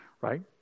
Right